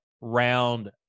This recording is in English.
round